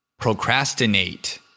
Procrastinate